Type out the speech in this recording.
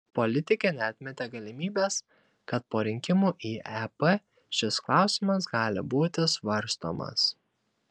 politikė neatmetė galimybės kad po rinkimų į ep šis klausimas gali būti svarstomas